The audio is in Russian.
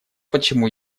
почему